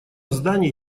здании